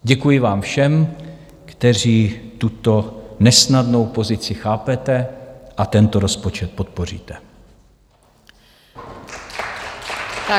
Děkuji vám všem, kteří tuto nesnadnou pozici chápete a tento rozpočet podpoříte.